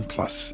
Plus